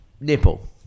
nipple